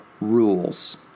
rules